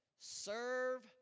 serve